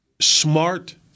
Smart